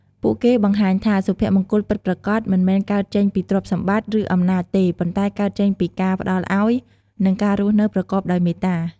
ពួកគេបង្ហាញថា សុភមង្គលពិតប្រាកដមិនមែនកើតចេញពីទ្រព្យសម្បត្តិ ឬអំណាចទេ ប៉ុន្តែកើតចេញពីការផ្ដល់ឱ្យ និងការរស់នៅប្រកបដោយមេត្តា។